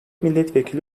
milletvekili